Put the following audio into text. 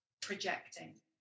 projecting